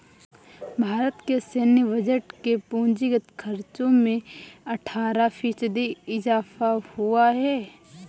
भारत के सैन्य बजट के पूंजीगत खर्चो में अट्ठारह फ़ीसदी इज़ाफ़ा हुआ है